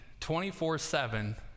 24-7